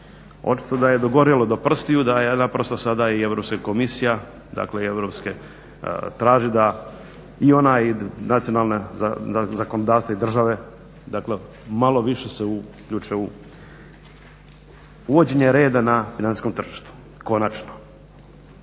Očito da je dogorilo do prstiju da ja naprosto sada i Europska komisija traži da i ona nacionalna zakonodavstva i države dakle malo više se uključe u uvođenje reda na financijskom tržištu. Konačno.